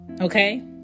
Okay